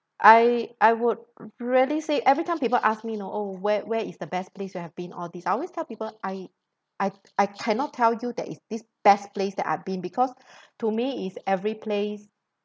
I I would really say every time people asked know oh where where is the best place you have been all this I always tell people I I I cannot tell you that is this best place that I've been because to me it's every place